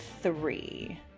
three